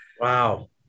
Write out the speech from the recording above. Wow